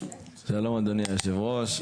אדוני יושב הראש.